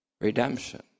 redemption